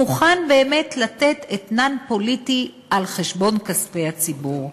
מוכן באמת לתת אתנן פוליטי על חשבון כספי הציבור.